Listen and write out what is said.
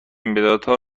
مدادها